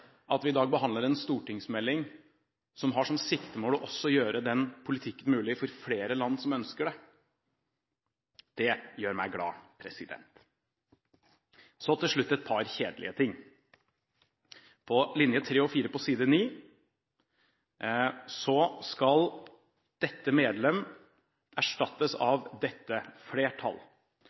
at vi i dag behandler en stortingsmelding som har som siktemål også å gjøre den politikken mulig for flere land som ønsker det. Det gjør meg glad. Et par endringer i innstillingen: På side 9, andre kolonne, skal «dette medlem» erstattes av «dette flertall».